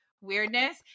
weirdness